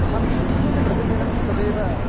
अहं प्रतिदिनं तदेव